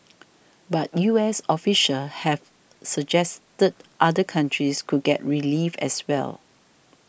but U S officials have suggested other countries could get relief as well